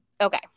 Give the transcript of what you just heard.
okay